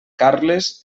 carles